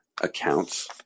accounts